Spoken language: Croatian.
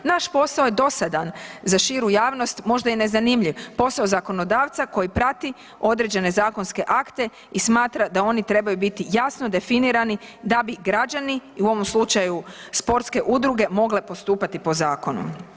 Naš posao je dosadan za širu javnost možda i nezanimljiv, posao zakonodavca koji prati određene zakonske akte i smatra da oni trebaju biti jasno definirani da bi građani u slučaju sportske udruge mogle postupati po zakonu.